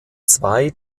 zwei